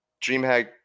DreamHack